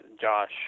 Josh